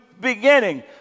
beginning